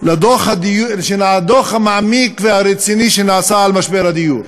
לדוח המעמיק והרציני שנעשה על משבר הדיור